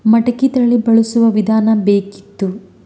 ಮಟಕಿ ತಳಿ ಬಳಸುವ ವಿಧಾನ ಬೇಕಿತ್ತು?